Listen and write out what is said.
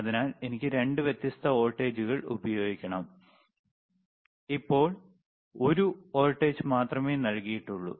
അതിനാൽ എനിക്ക് 2 വ്യത്യസ്ത വോൾട്ടേജുകൾ പ്രയോഗിക്കണം ഇപ്പോൾ ഒരു വോൾട്ടേജ് മാത്രമേ നൽകിയിട്ടുള്ളൂ